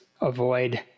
avoid